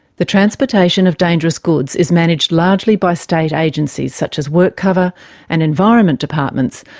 the transportation of dangerous goods is managed largely by state agencies, such as workcover and environment departments,